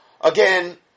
Again